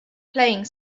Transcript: playing